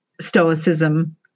stoicism